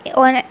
on